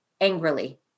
angrily